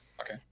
Okay